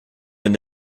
wenn